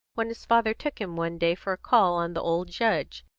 when his father took him one day for a call on the old judge,